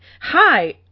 Hi